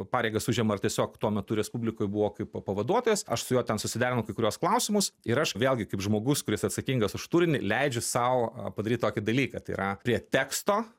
pareigas užima ar tiesiog tuo metu respublikoj buvo kaip pavaduotojas aš su juo ten susiderinau kai kuriuos klausimus ir aš vėlgi kaip žmogus kuris atsakingas už turinį leidžiu sau padaryt tokį dalyką tai yra prie teksto